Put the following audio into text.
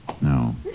no